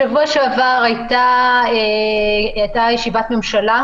בשבוע שעבר הייתה ישיבת ממשלה,